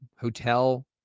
hotel